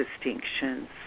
distinctions